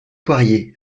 poirier